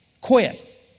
quit